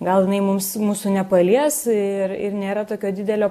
gal jinai mums mūsų nepalies ir ir nėra tokio didelio